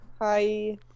Hi